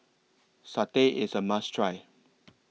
Satay IS A must Try